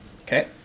Okay